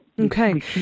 Okay